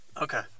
Okay